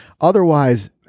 otherwise